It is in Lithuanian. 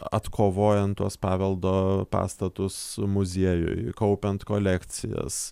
atkovojant tuos paveldo pastatus muziejui kaupiant kolekcijas